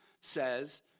says